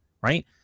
right